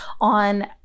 on